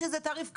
שזה תעריף קבוע.